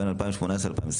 2018-2021"